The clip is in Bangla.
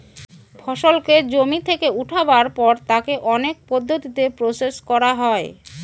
ফসলকে জমি থেকে উঠাবার পর তাকে অনেক পদ্ধতিতে প্রসেস করা হয়